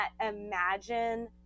imagine